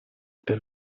per